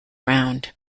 round